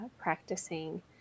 practicing